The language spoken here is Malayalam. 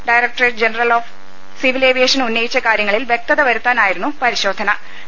directorate general of civil aviation ഉന്നയിച്ച കാര്യങ്ങളിൽ വ്യക്തത വരുത്താനായിരുന്നു പരിശോധന്ന്